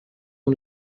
اون